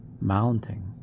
mounting